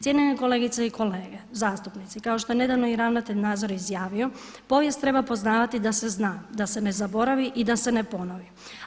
Cijenjene kolegice i kolege zastupnici, kao što je nedavno i ravnatelj Nazor izjavio povijest treba poznavati da se zna, da se ne zaboravi i da se ne ponovi.